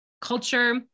culture